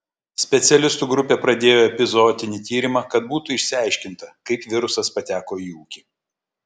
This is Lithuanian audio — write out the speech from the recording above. specialistų grupė pradėjo epizootinį tyrimą kad būtų išsiaiškinta kaip virusas pateko į ūkį